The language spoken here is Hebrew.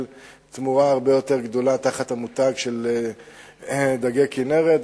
תמורה הרבה יותר גדולה תחת המותג של "דגי כינרת".